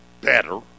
better